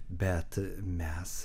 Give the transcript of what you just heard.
bet mes